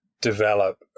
develop